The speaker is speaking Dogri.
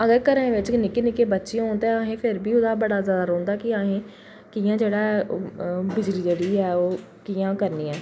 अगर घरा बिच निक्के निक्के बच्चे होन ते असें फिर बी ओह्दा बड़ा ज़ादा रौहंदा की असें बिजली जेह्ड़ी ऐ ओह् कि'यां करनी ऐ